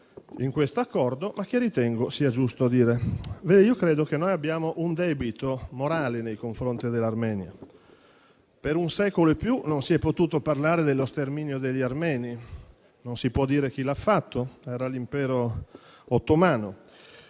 in questo Accordo, ma che ritengo sia giusto dire. Credo che abbiamo un debito morale nei confronti dell'Armenia. Per oltre un secolo non si è potuto parlare dello sterminio degli armeni e non si può dire chi l'ha perpetrato (l'Impero ottomano),